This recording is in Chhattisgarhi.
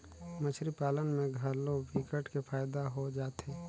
मछरी पालन में घलो विकट के फायदा हो जाथे